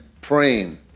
praying